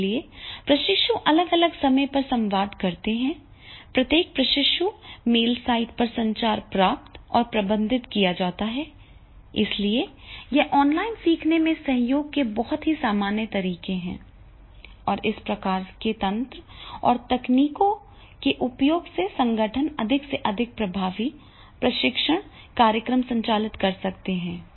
इसलिए प्रशिक्षु अलग अलग समय पर संवाद करते हैं प्रत्येक प्रशिक्षु मेल साइट पर संचार प्राप्त और प्रबंधित किया जाता है और इसलिए ये ऑनलाइन सीखने में सहयोग के बहुत ही सामान्य तरीके हैं और इस प्रकार के तंत्र और तकनीकों के उपयोग से संगठन अधिक से अधिक प्रभावी प्रशिक्षण कार्यक्रम संचालित कर सकते हैं